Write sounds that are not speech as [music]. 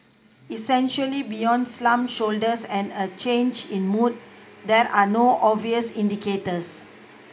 [noise] essentially beyond slumped shoulders and a change in mood there are no obvious indicators